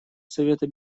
совета